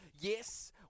Yes